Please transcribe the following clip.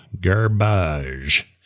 garbage